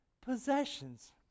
possessions